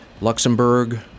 Luxembourg